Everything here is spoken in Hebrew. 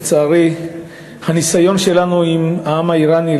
לצערי הניסיון שלנו עם העם האיראני,